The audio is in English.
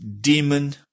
demon